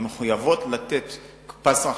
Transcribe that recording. הן מחויבות לתת פס רחב.